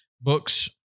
books